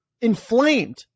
inflamed